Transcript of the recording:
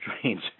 trains